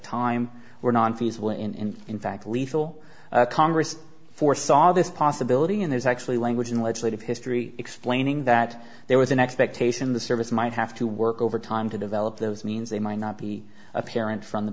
time were non theists when in fact lethal congress for saw this possibility and there's actually language in legislative history explaining that there was an expectation the service might have to work overtime to develop those means they might not be apparent from the